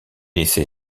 essaie